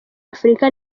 afrika